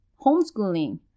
homeschooling